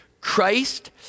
Christ